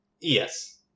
Yes